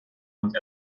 und